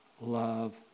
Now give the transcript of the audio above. love